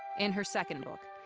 in her second book,